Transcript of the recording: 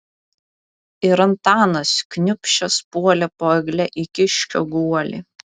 ir antanas kniūbsčias puolė po egle į kiškio guolį